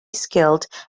skilled